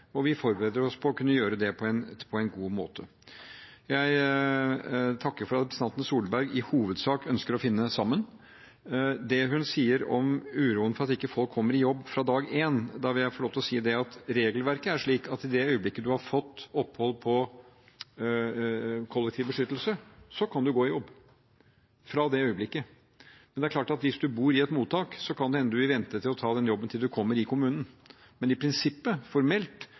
og vi forbereder oss på å kunne gjøre det på en god måte. Jeg takker for at representanten Solberg i hovedsak ønsker å finne sammen. Til det hun sier om uroen for at ikke folk kommer i jobb fra dag én, vil jeg få lov til å si at regelverket er slik at i det øyeblikket du har fått opphold på kollektiv beskyttelse, kan du gå i jobb – fra det øyeblikket. Det er klart at hvis du bor i et mottak, kan det hende du vil vente med å ta den jobben til du kommer i kommunen, men i prinsippet, formelt,